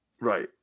right